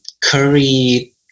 curry